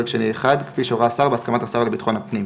שני1 - כפי שהורה השר בהסכמת השר לביטחון הפנים,